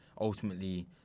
ultimately